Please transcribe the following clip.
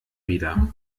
wieder